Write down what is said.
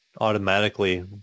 automatically